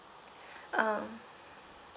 uh